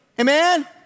Amen